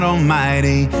Almighty